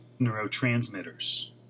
neurotransmitters